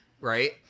right